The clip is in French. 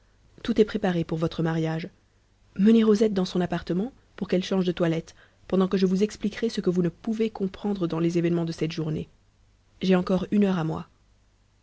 tout est préparé pour votre mariage menez rosette dans son appartement pour qu'elle change de toilette pendant que je vous expliquerai ce que vous ne pouvez comprendre dans les événements de cette journée j'ai encore une heure à moi